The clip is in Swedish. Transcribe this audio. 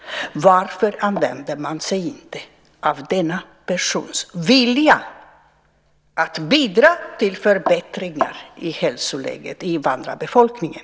Varför använder man sig inte av denna persons vilja att bidra till förbättringar i hälsoläget hos invandrarbefolkningen?